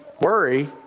worry